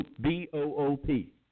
B-O-O-P